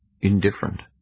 indifferent